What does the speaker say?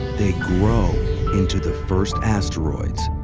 they grow into the first asteroids,